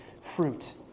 fruit